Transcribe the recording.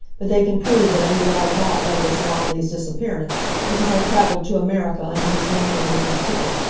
but they can prove that i knew all about douglas romilly's disappearance, because i travelled to america under his name and with his ticket,